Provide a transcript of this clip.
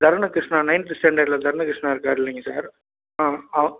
Tarunakrishna ninth ஸ்டாண்டர்ட்டில் தருணகிருஷ்ணா இருக்கார் இல்லைங்க சார் ஆ அவு